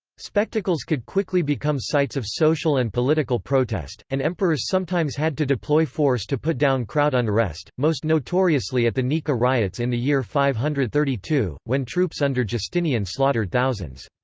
spectacles could quickly become sites of social and political protest, and emperors sometimes had to deploy force to put down crowd unrest, most notoriously at the nika riots in the year five hundred and thirty two, when troops under justinian slaughtered thousands.